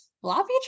floppy